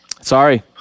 Sorry